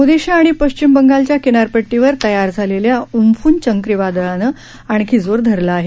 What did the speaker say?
ओदिशा आणि पश्चिम बंगालच्या किनारपटटीवर तयार झालेल्या उम्फून चक्रीवादळानं आणखी जोर धरला आहे